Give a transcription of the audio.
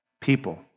people